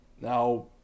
Now